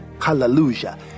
Hallelujah